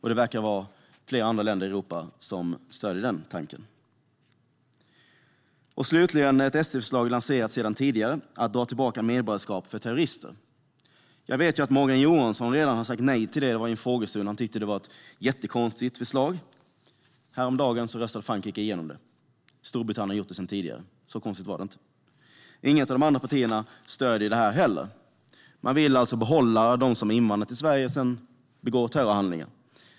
Det verkar vara flera andra länder i Europa som stöder den tanken. Slutligen finns ett SD-förslag som är lanserat sedan tidigare om att dra tillbaka medborgarskap för terrorister. Jag vet att Morgan Johansson redan har sagt nej till det i en frågestund. Han tyckte att det var ett jättekonstigt förslag. Häromdagen röstade man i Frankrike igenom ett sådant, och man har sedan tidigare gjort det i Storbritannien. Så konstigt var det inte. Inget av de andra partierna stöder heller detta förslag. Man vill alltså behålla dem som invandrat till Sverige och sedan begår terrorhandlingar.